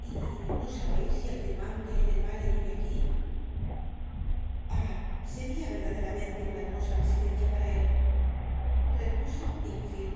t no sabéis si el firmante del vale vive aquí ah sería verdaderamente una hermosa residencia para él repuso enfield